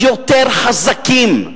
יותר חזקים,